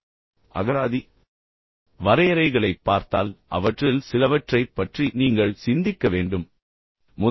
நீங்கள் அகராதி வரையறைகளைப் பார்த்தால் அவற்றில் சிலவற்றை பற்றி நீங்கள் சிந்திக்க வேண்டும் என்று நான் விரும்புகிறேன்